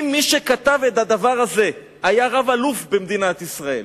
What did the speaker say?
אם מי שכתב את הדבר הזה היה רב-אלוף במדינת ישראל,